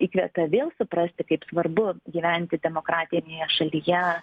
įkvepia vėl suprasti kaip svarbu gyventi demokratinėje šalyje